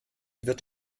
wird